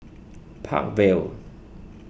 Park Vale